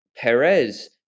Perez